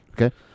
Okay